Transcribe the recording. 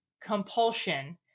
compulsion